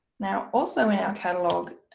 now also in our catalogue